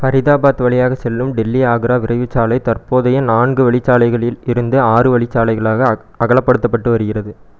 ஃபரிதாபாத் வழியாக செல்லும் டெல்லி ஆக்ரா விரைவுச்சாலை தற்போதைய நான்கு வழிச்சாலைகளில் இருந்து ஆறு வழிச்சாலைகளாக அகலப்படுத்தப்பட்டு வருகிறது